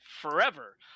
forever